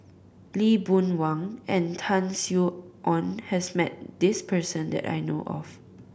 Lee Boon Wang and Tan Sin Aun has met this person that I know of